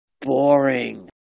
boring